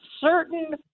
certain